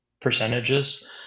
percentages